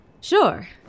Sure